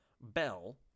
bell